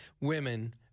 women